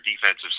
defensive